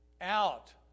out